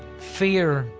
fear,